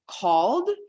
called